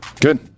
Good